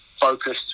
focused